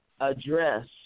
address